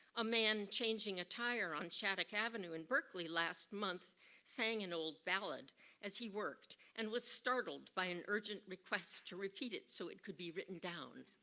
a man changing a tire on shattuck avenue in berkeley last month sang an old ballad as he worked, and was startled by an urgent request to repeat it so it could be written down.